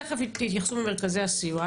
ותיכף יתייחסו ממרכזי הסיוע,